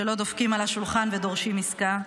שלא דופקים על השולחן ודורשים עסקה,